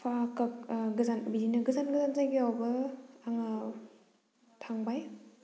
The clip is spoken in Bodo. बिदिनो गोजान गोजान जायगायावबो आङो थांबाय